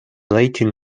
latin